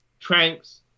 tranks